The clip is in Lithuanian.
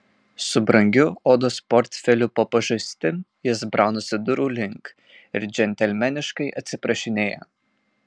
su brangiu odos portfeliu po pažastim jis braunasi durų link ir džentelmeniškai atsiprašinėja